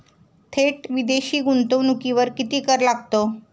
थेट विदेशी गुंतवणुकीवर किती कर लागतो?